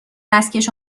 دستکش